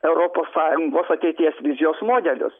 europos sąjungos ateities vizijos modelius